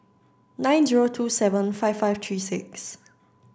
nine zero two seven five five three six